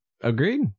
Agreed